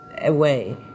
away